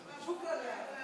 (מזל טוב, כלה.